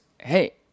hey